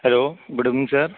hello good evening sir